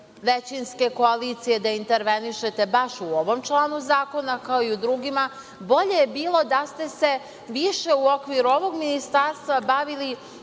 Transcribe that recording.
većinske koalicije da intervenišete baš u ovom članu zakona, kao i u drugima, bolje je bilo da ste se više u okviru ovog ministarstva bavili